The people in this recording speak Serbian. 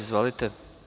Izvolite.